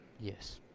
Yes